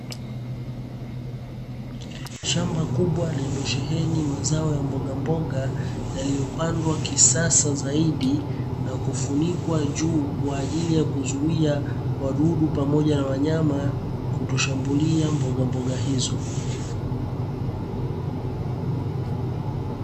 Shamba kubwa lililosheheni mazao ya mboga mboga yaliyopandwa kisasa zaidi na kufunikwa juu, kwa ajili ya kuzuia wadudu pamoja na wanyama kutoshambulia mboga mboga hizo.